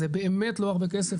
זה באמת לא הרבה כסף,